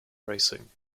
racing